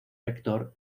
rector